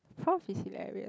prof is hilarious